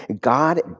God